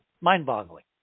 mind-boggling